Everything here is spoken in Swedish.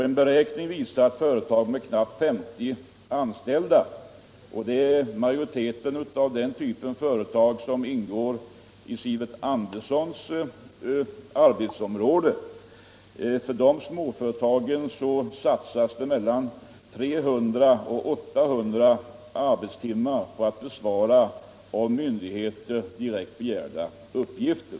En beräkning visar att företag med knappt 50 anställda — det är majoriteten av de företag som ingår i Sivert Anderssons arbetsområde — satsar 300-800 arbets — Företagens upptimmar på att besvara av myndigheter direkt begärda uppgifter.